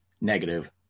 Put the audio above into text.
negative